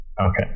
Okay